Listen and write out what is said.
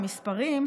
המספרים,